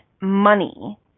money